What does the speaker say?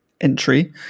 entry